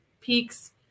peaks